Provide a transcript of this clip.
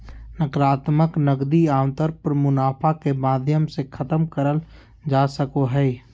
नाकरात्मक नकदी आमतौर पर मुनाफा के माध्यम से खतम करल जा सको हय